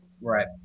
right